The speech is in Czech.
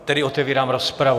Tedy otevírám rozpravu.